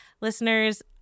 Listeners